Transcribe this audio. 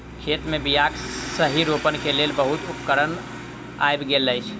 खेत मे बीयाक सही रोपण के लेल बहुत उपकरण आइब गेल अछि